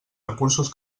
recursos